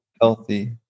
healthy